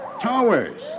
Towers